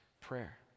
prayer